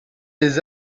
les